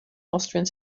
austrian